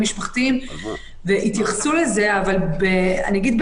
משפחתיים והתייחסו לזה אבל אני אגיד,